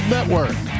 Network